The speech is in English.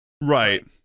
right